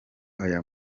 aya